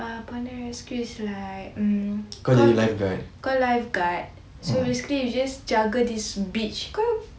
uh bondi rescue is like mm kau lifeguard so basically you just jaga this beach kau